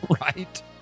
Right